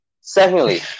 Secondly